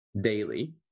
daily